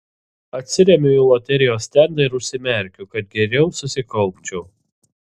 atsiremiu į loterijos stendą ir užsimerkiu kad geriau susikaupčiau